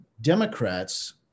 Democrats